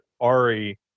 Ari